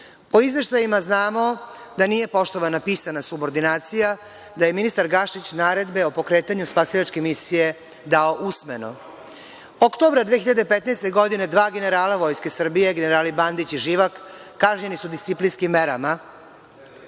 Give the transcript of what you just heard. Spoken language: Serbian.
Po izveštajima znamo da nije poštovana pisana subordinacija, da je ministar Gašić naredbe o pokretanju spasilačke misije dao usmeno. Oktobra 2015. godine dva generala Vojske Srbije, generali Bandić i Živak, kažnjeni su disciplinskim merama.